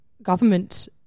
Government